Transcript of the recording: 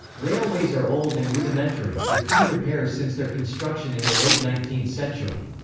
railways are old and rudimentary, with few repairs since their construction in the late nineteenth century.